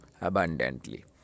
abundantly